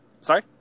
Sorry